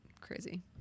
crazy